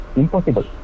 impossible